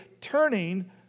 turning